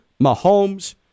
Mahomes